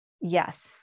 Yes